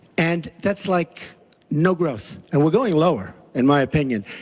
and that's like no growth. and we are going lower, in my opinion.